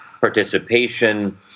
participation